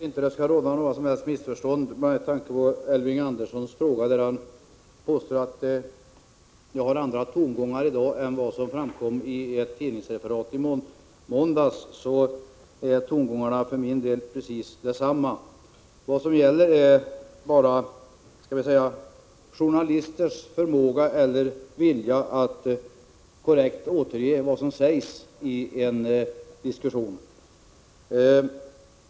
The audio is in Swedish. Herr talman! Elving Andersson påstår att tongångarna från mig var annorlunda i en tidningsartikel den 27 april än vad de är i dag beträffande Bohusbanan. För att det inte skall kvarstå något missförstånd vill jag säga att min uppfattning var densamma då som nu. Det handlar om journalisters förmåga att korrekt återge vad som sägs i en diskussion.